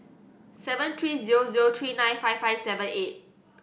seven three zero zero three nine five five seven eight